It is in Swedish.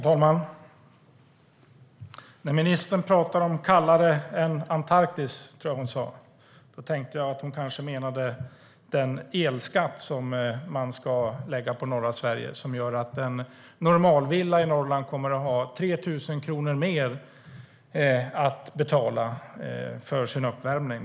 Herr talman! När ministern pratade om att något är kallare än Antarktis tänkte jag att hon kanske menade den elskatt som ska läggas på norra Sverige som gör att den som bor i en normalvilla i Norrland kommer att få betala 3 000 kronor mer för uppvärmningen.